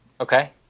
okay